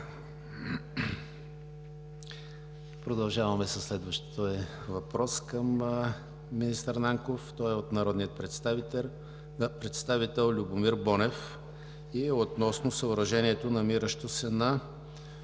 Продължаваме със следващия въпрос към министър Нанков. Той е от народния представител Любомир Бонев и е относно съоръжението, намиращо се на